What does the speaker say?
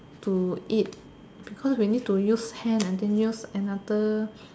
to eat because we need to use hand and then use another